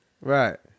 Right